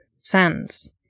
Sands